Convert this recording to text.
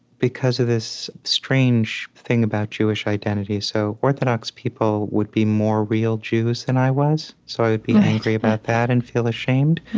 because of this strange thing about jewish identity. so orthodox people would be more real jews than and i was, so i would be angry about that and feel ashamed.